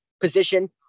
position